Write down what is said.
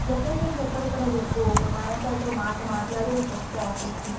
locations ఎక్కడెక్కడో చెప్పు ఒక మా ఆయనతో అయితే ఓ మాట మాట్లాడి రేపు వస్తా ఆఫీస్కి